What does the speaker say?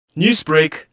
Newsbreak